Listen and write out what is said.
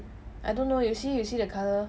I don't know you see you see the colour